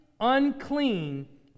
Unclean